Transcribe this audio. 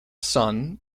son